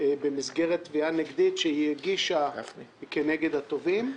במסגרת תביעה נגדית שהיא הגישה נגד התובעים.